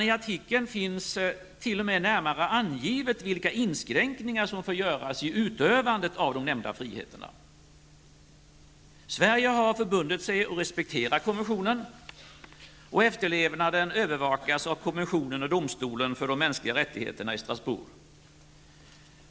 I artikeln finns t.o.m. närmare angivet vilka inskränkningar som får göras i utövandet av de nämnda friheterna. Sverige har förbundit sig att respektera konventionen, och efterlevnaden övervakas av domstolen för de mänskliga rättigheterna i Strasbourg.